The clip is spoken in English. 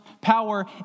Power